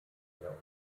der